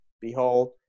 Behold